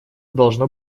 должно